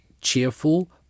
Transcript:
cheerful